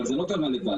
אבל זה לא קרה לבד.